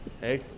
Hey